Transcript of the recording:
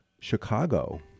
Chicago